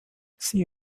see